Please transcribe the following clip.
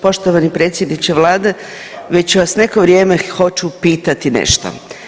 Poštovani predsjedniče vlade, već vas neko vrijeme hoću pitati nešto.